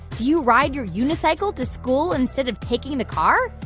do you ride your unicycle to school instead of taking the car?